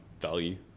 value